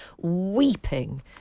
weeping